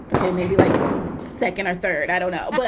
okay, maybe like second or third i don't know, but